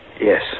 Yes